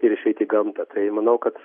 ir išeit į gamtą tai manau kad